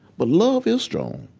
but love is strong.